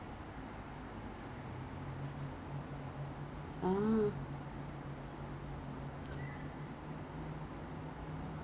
then sometimes 是我自己会去 collect lor so far collection place in for Ezbuy ah 蛮蛮蛮好的 there is quite a lot err